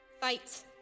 Fight